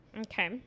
okay